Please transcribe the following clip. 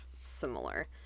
similar